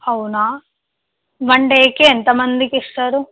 అవునా వన్ డేకి ఎంత మందికి ఇస్తారు